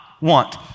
want